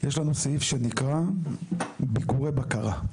יש לנו סעיף שנקרא "ביקורי בקרה".